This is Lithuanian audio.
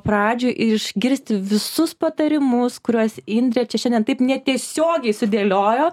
pradžių išgirsti visus patarimus kuriuos indrė čia šiandien taip netiesiogiai sudėliojo